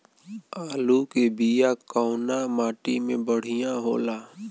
आलू के बिया कवना माटी मे बढ़ियां होला?